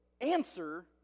answer